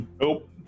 Nope